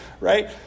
Right